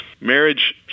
marriage